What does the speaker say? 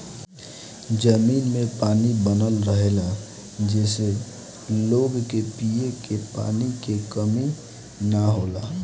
जमीन में पानी बनल रहेला जेसे लोग के पिए के पानी के कमी ना होला